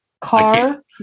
Car